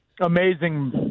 Amazing